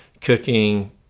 cooking